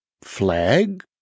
flag